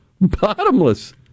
bottomless